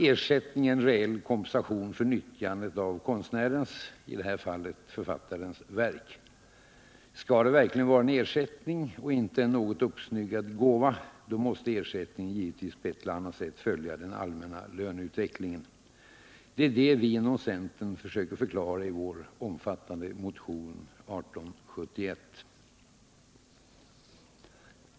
Ersättning är en reell kompensation för nyttjandet av konstnärens, i det här fallet författarens, verk. Skall det verkligen vara en ersättning och inte en något uppsnyggad gåva — då måste ersättningen givetvis på ett eller annat sätt följa den allmänna löneutvecklingen. Det är det vi inom centern försöker förklara i vår omfattande motion nr 1871.